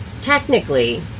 technically